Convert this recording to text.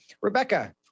Rebecca